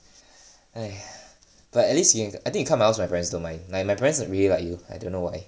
!haiya! but at least you can I think you come my house of my parents don't mind like my parents really like you I don't know why